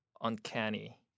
uncanny